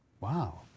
Wow